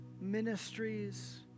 ministries